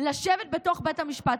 לשבת בתוך בית המשפט,